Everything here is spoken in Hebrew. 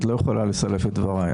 את לא יכולה לסלף את דבריי.